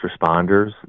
responders